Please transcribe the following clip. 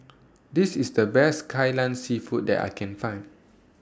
This IS The Best Kai Lan Seafood that I Can Find